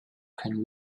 can